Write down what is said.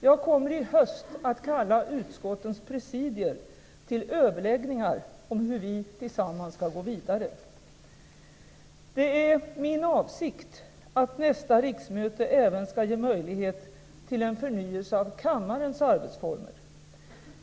Jag kommer i höst att kalla utskottens presidier till överläggningar om hur vi skall gå vidare. Det är min avsikt att nästa riksmöte även skall ge möjlighet till en förnyelse av kammarens arbetsformer.